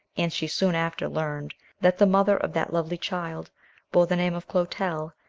and she soon after learned that the mother of that lovely child bore the name of clotel,